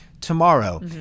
tomorrow